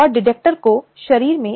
यह यथासंभव विस्तृत हो सकता है